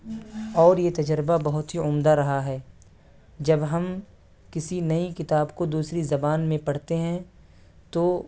اور یہ تجربہ بہت ہی عمدہ رہا ہے جب ہم کسی نئی کتاب کو دوسری زبان میں پڑھتے ہیں تو